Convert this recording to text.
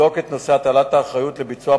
שיבדוק את נושא הטלת האחריות לביצוע